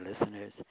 listeners